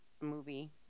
movie